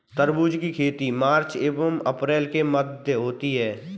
तरबूज की खेती मार्च एंव अप्रैल के मध्य होती है